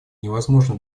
невозможно